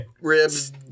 ribs